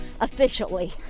officially